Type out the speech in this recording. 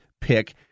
pick